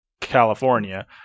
California